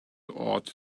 ought